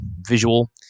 visual